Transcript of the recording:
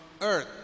earth